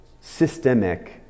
systemic